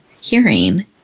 hearing